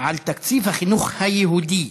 על תקציב החינוך היהודי.